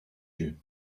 you